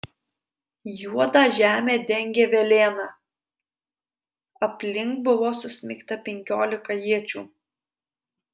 juodą žemę dengė velėna aplink buvo susmeigta penkiolika iečių